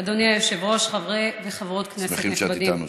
אדוני היושב-ראש, חברי וחברות כנסת נכבדים.